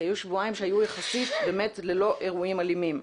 כי היו שבועיים שהיו יחסית באמת ללא אירועים אלימים,